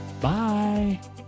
Bye